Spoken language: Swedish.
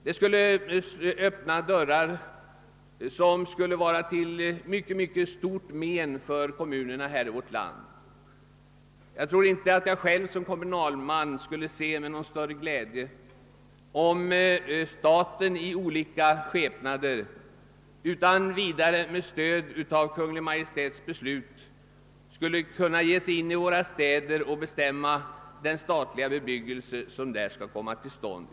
Ett sådant tillvägagångssätt skulle öppna dörrar och vara till mycket stort men för kommunerna i vårt land. Jag skulle nog inte själv, i min egenskap av kommunalman, gärna se att staten i olika skepnader utan vidare, med stöd av Kungl. Maj:ts beslut, kunde ge sig in i våra städer och bestämma om den statliga bebyggelse som där skall komma till stånd.